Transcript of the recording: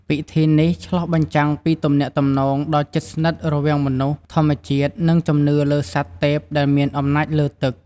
ពិធីនេះឆ្លុះបញ្ចាំងពីទំនាក់ទំនងដ៏ជិតស្និទ្ធរវាងមនុស្ស ធម្មជាតិ និងជំនឿលើសត្វទេពដែលមានអំណាចលើទឹក។